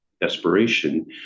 desperation